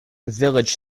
village